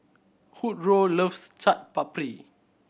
loves Chaat Papri